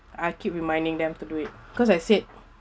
I keep reminding them to do it cause I said